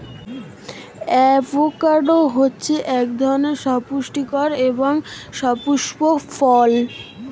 avocado হচ্ছে এক ধরনের সুপুস্টিকর এবং সুপুস্পক ফল